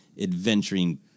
adventuring